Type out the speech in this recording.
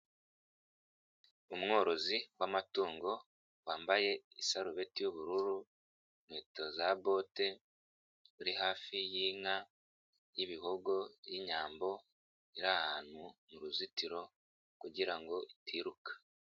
Umworozi w'amatungo wambaye isarubeti y'ubururu, inkweto za bote uri hafi y'inka y'Ibihogo y'Inyambo iri ahantu mu ruzitiro kugira ngo itiruka.